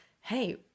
hey